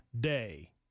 day